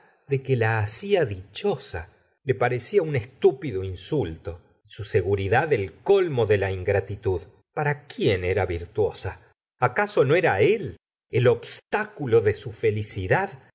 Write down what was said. de que la hacía dichosa le parecía un estúpido insulto y su seguridad el colmo de la ingratitud para quién era virtuosa acaso no era él el obstáculo de su felicidad